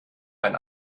ein